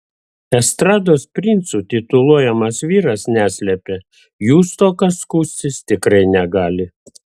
estrados princu tituluojamas vyras neslepia jų stoka skųstis tikrai negali